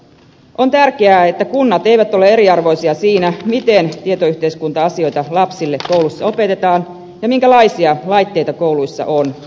on tärkeää että kunnat eivät ole eriarvoisia siinä miten tietoyhteiskunta asioita lapsille koulussa opetetaan ja minkälaisia laitteita kouluissa on